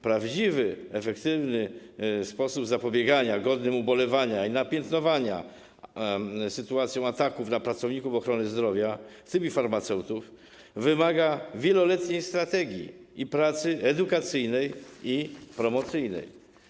Prawdziwie efektywny sposób zapobiegania godnym ubolewania i napiętnowania sytuacjom ataków na pracowników ochrony zdrowia, w tym farmaceutów, wymaga wieloletniej strategii i pracy edukacyjnej i promocyjnej.